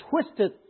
twisted